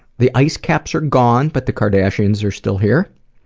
the ice caps are gone but the kardashians are still here.